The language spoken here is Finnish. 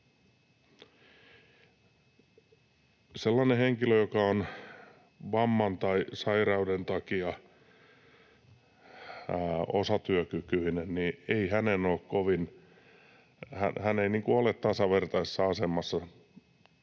Sellainen henkilö, joka on vamman tai sairauden takia osatyökykyinen, ei ole kovin tasavertaisessa asemassa